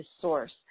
source